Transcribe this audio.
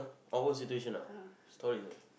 our situation ah story ah